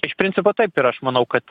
iš principo taip ir aš manau kad